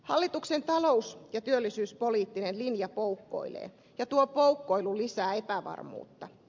hallituksen talous ja työllisyyspoliittinen linja poukkoilee ja tuo poukkoilu lisää epävarmuutta